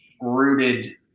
rooted